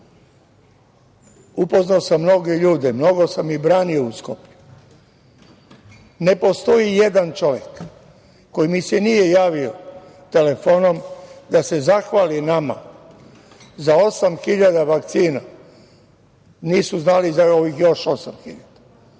Upoznao sam mnoge ljude, mnogo sam ih branio u Skoplju, ne postoji nijedan čovek koji mi se nije javio telefonom da se zahvali nama za 8.000 vakcina, nisu znali za još ovih